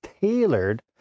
tailored